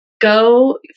Go